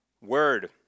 word